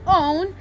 own